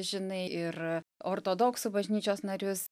žinai ir ortodoksų bažnyčios narius